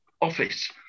office